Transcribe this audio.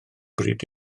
bryd